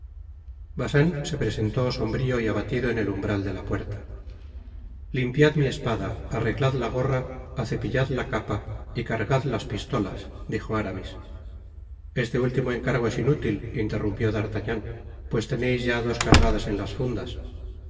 bacin se presentó sombrio y abatido en el umbral de la puerta limpiad mi espada arreglad la gorra acepillad la capa y cargad las pistolas dijo aramis este útiimo encargo es inútil interrumpió d'artagnan pues teneis ya dos cargadas en las fundas